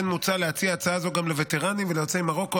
כמו כן מוצע להציע הצעה זו גם לווטרנים וליוצאי מרוקו,